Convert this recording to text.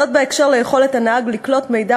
וזאת בהקשר של יכולת הנהג לקלוט מידע